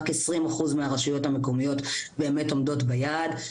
רק 20% מהרשויות המקומיות באמת עומדות ביעד,